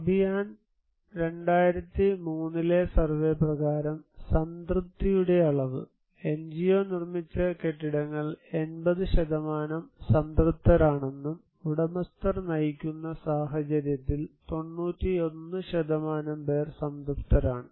അഭിയാൻ 2003 ലെ സർവേ പ്രകാരം സംതൃപ്തിയുടെ അളവ് എൻജിഒ നിർമ്മിച്ച കെട്ടിടങ്ങൾ 80 സംതൃപ്തരാണെന്നും ഉടമസ്ഥർ നയിക്കുന്ന സാഹചര്യത്തിൽ 91 പേർ സംതൃപ്തരാണ്